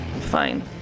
Fine